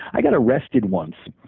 i got arrested once,